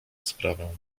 sprawę